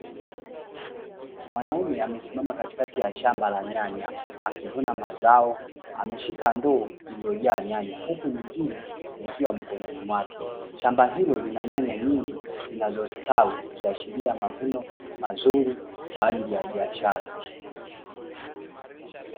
Mwanaume amesimama katikati ya shamba la nyanya akivuna mazao, ameshika ndoo iliyojaa nyanya huku nyingine zikiwa mkononi mwake. Shamba hilo lina nyanya nyingi zinazostawi zikiashiria mavuno mazuri kwa ajili ya biashara.